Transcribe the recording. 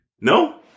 No